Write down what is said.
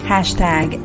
Hashtag